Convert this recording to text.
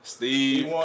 Steve